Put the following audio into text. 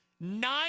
Nine